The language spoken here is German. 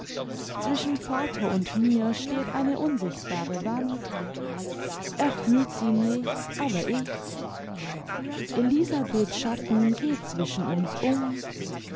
zwischen vater und mir steht eine unsichtbare wand er fühlt sie nicht aber ich elisabeths schatten geht zwischen uns um